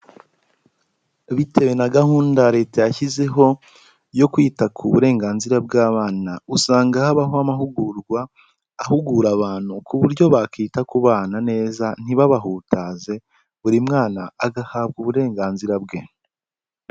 Bitewe na gahunda Leta yashyizeho yo kwita ku burenganzira bw'abana, usanga habaho amahugurwa ahugura abantu ku buryo bakita kubana neza ntibabahutaze, buri mwana agahabwa uburenganzira bwe.